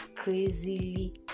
Crazily